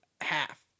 half